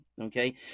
Okay